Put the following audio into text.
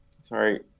Sorry